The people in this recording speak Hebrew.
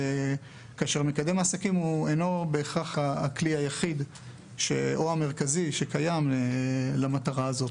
כאשר מקדם העסקים אינו בהכרח הכלי היחיד או המרכזי שקיים למטרה זו.